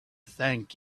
thank